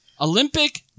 olympic